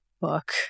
book